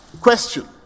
question